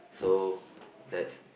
so that's